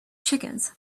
chickens